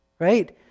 Right